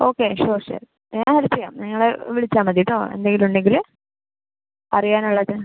okay sure sure ഞാൻ help ചെയ്യാം നിങ്ങള് വിളിച്ചാൽ മതിട്ടോ എന്തെങ്കിലും ഉണ്ടെങ്കില് അറിയാനുള്ളത്